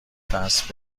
دست